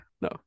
No